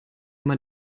man